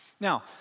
Now